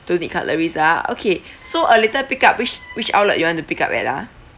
don't need cutleries ah okay so a later pick up which which outlet you want to pick up at ah